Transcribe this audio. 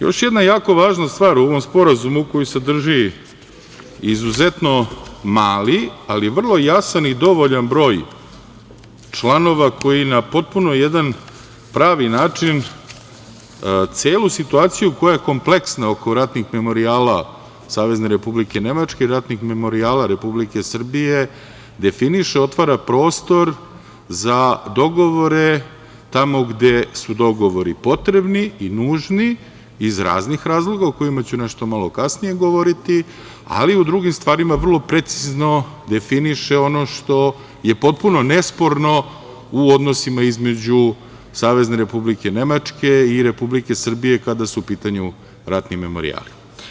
Još jedna jako važna stvar o ovom sporazumu koji sadrži izuzetno mali, ali vrlo jasan i dovoljan broj članova koji na potpuno jedan pravi način celu situaciju koja je kompleksna oko ratnih memorijala Savezne Republike Nemačke, ratnih memorijala Republike Srbije, definiše, otvara prostor za dogovore tamo gde su dogovori potrebni i nužni iz raznih razloga o kojima ću nešto malo kasnije govoriti, ali u drugim stvarima vrlo precizno definiše što je potpuno nesporno u odnosima između Savezne Republike Nemačke i Republike Srbije kada su u pitanju ratni memorijali.